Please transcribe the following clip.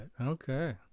Okay